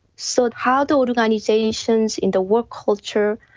so how do organisations in the work culture,